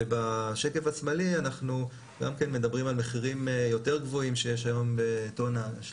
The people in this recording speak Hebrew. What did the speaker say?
ובשקף השמאלי אנחנו גם כן מדברים על מחירים יותר גבוהים שיש היום באשלג.